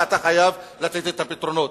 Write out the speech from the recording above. ואתה חייב לתת את הפתרונות